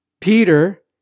Peter